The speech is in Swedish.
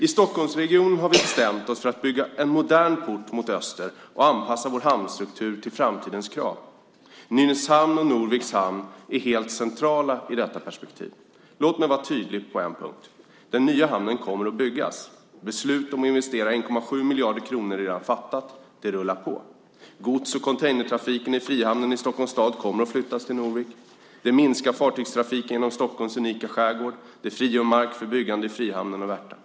I Stockholmsregionen har vi bestämt oss för att bygga en modern port mot öster och anpassa vår handelsstruktur till framtidens krav. Nynäshamn och Norviks hamn är helt centrala i detta perspektiv. Låt mig vara tydlig på en punkt: Den nya hamnen kommer att byggas. Beslut om att investera 1,7 miljarder kronor är redan fattat. Det rullar på. Gods och containertrafiken i Frihamnen i Stockholms stad kommer att flyttas till Norvik. Det minskar fartygstrafiken genom Stockholms unika skärgård. Det frigör mark för byggande i frihamnen och Värtan.